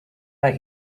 let